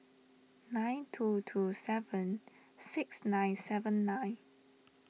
nine two two seven six nine seven nine